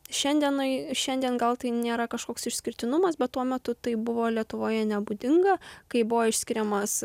šiandienai šiandien gal tai nėra kažkoks išskirtinumas bet tuo metu tai buvo lietuvoje nebūdinga kai buvo išskiriamas